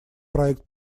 проект